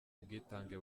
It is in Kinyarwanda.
ubwitange